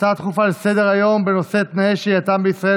הצעה דחופה לסדר-היום בנושא: תנאי שהייתם בישראל